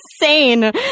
insane